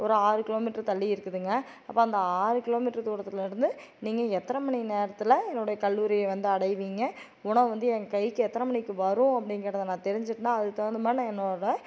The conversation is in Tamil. ஒரு ஆறு கிலோமீட்டரு தள்ளி இருக்குதுங்க அப்போ அந்த ஆறு கிலோமீட்டரு தூரத்தில் இருந்து நீங்கள் எத்தனை மணி நேரத்தில் என்னுடைய கல்லூரியை வந்து அடைவீங்க உணவு வந்து ஏன் கைக்கு எத்தனை மணிக்கு வரும் அப்படிங்கிறத நான் தெரிஞ்சுட்டனா அதுக்கு தகுந்த மாதிரி நான் என்னோட